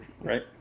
Right